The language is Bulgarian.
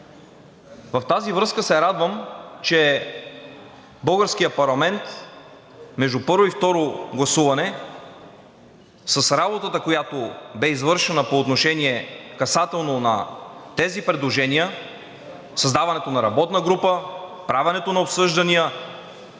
В тази връзка се радвам, че българският парламент между първо и второ гласуване с работата, която бе извършена по отношение, касателно, на тези предложения – създаването на работна група, правенето на обсъждания,